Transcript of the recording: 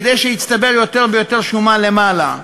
כדי שיצטבר יותר ויותר שומן למעלה,